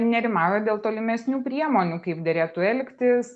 nerimauja dėl tolimesnių priemonių kaip derėtų elgtis